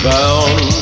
Bound